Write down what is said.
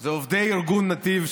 אלה עובדי ארגון נתיב,